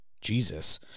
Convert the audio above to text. Jesus